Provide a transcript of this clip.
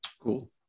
cool